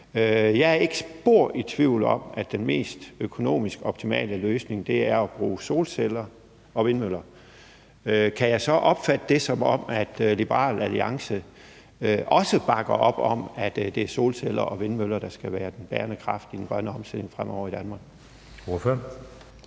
Jeg er ikke spor i tvivl om, at den mest økonomisk optimale løsning er at bruge solceller og vindmøller. Kan jeg så opfatte det, som om Liberal Alliance også bakker op om, at det er solceller og vindmøller, der skal være den bærende kraft i den grønne omstilling fremover i Danmark?